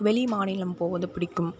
வெளி மாநிலம் போவது பிடிக்கும்